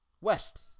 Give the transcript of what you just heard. West